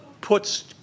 puts